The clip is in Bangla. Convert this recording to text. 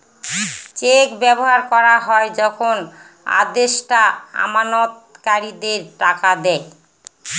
চেক ব্যবহার করা হয় যখন আদেষ্টা আমানতকারীদের টাকা দেয়